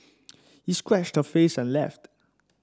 he scratched her face and left